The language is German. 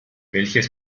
welches